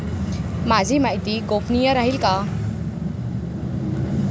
माझी माहिती गोपनीय राहील का?